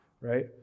right